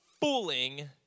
fooling